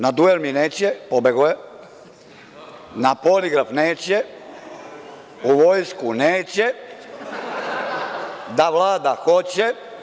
Na duel mi neće, pobegao je, na poligraf neće, u vojsku neće, da vlada hoće.